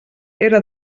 era